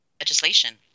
legislation